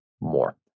more